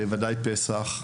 לפני פסח,